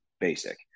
basic